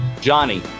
Johnny